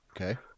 Okay